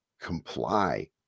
comply